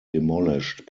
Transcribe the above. demolished